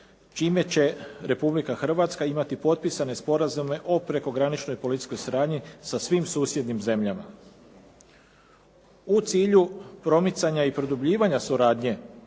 čime će Republika Hrvatska imati potpisane Sporazume o prekograničnoj policijskoj suradnji sa svim susjednim zemljama. U cilj promicanja i produbljivanja suradnje